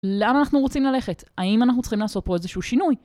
לאן אנחנו רוצים ללכת? האם אנחנו צריכים לעשות פה איזשהו שינוי?